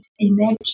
image